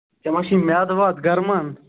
ژےٚ ما چھی میٛادٕ وادٕ گَرمان